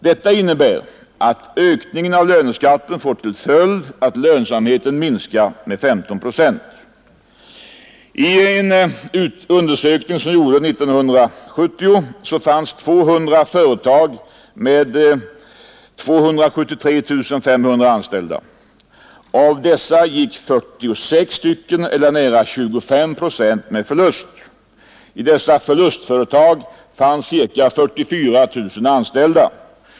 Detta betyder att ökningen av löneskatten får till följd att lönsamheten minskar med 15 procent. I 1970 års undersökning fanns 202 företag med 273 500 anställda. Av dessa gick 46 eller nära 25 procent med förlust. I dessa förlustföretag fanns ca 44 000 anställda.